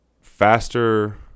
Faster